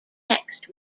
text